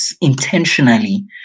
intentionally